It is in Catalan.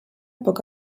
poc